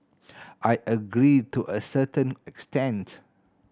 I agree to a certain extent